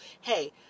hey